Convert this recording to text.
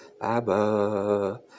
Abba